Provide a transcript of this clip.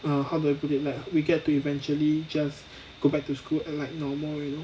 err how do I put it like we get to eventually just go back to school and like normal you know